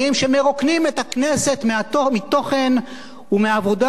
שמרוקנים את הכנסת מתוכן ומעבודה,